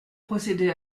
procédé